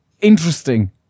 interesting